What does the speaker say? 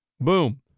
boom